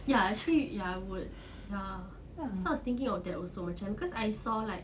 ya actually ya I would so I was thinking of that also macam cause I saw like